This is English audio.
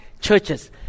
churches